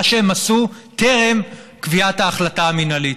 שהם עשו טרם קביעת ההחלטה המינהלית.